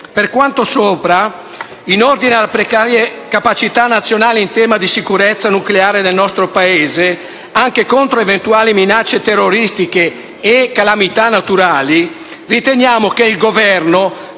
Per quanto sopra espresso, in ordine alle precarie capacità nazionali in tema di sicurezza nucleare del nostro Paese, anche contro eventuali minacce terroristiche e calamità naturali, riteniamo che il Governo